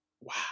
Wow